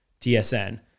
TSN